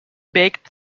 baked